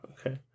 Okay